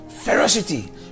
ferocity